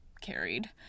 carried